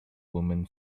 woman